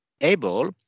able